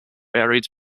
varied